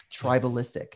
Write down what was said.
tribalistic